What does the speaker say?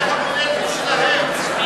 זו המולדת שלהם.